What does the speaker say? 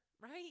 right